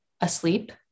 asleep